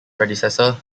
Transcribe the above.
predecessor